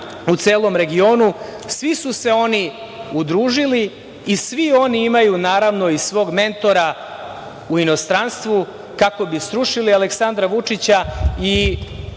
u celom regionu. Svi su se oni udružili i svi oni imaju naravno i svog mentora u inostranstvu kako bi srušili Aleksandra Vučića. Jasno